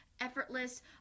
effortless